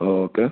okay